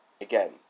again